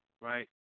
right